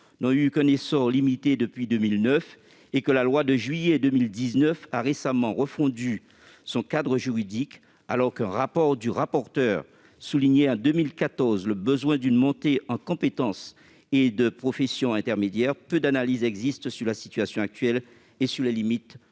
n'ont eu qu'un essor limité depuis 2009 et que la loi de juillet 2019 a récemment refondu leur cadre juridique, alors qu'un rapport de notre rapporteur soulignait en 2014 le besoin d'une montée en compétences et la nécessité de créer des professions intermédiaires, peu d'analyses existent sur la situation actuelle et sur ses limites